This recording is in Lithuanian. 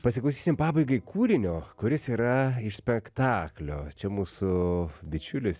pasiklausysim pabaigai kūrinio kuris yra iš spektaklio čia mūsų bičiulis